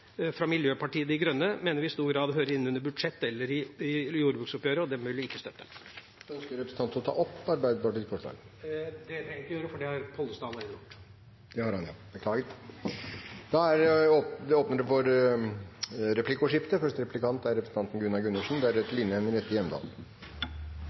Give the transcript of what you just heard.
fra Miljøpartiet De Grønne, mener vi i stor grad hører inn under budsjett eller i jordbruksoppgjøret, og dem vil vi ikke støtte. Ønsker representanten å ta opp Arbeiderpartiets forslag? Det trenger jeg ikke å gjøre, for det har Geir Pollestad allerede gjort. Det stemmer. Det blir replikkordskifte. Jeg tror det beste bidraget til rekruttering er å skape resultater for næringen. Det